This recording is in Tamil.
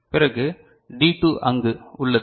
பிறகு D 2 அங்கு உள்ளது